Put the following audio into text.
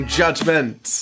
judgment